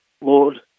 Lord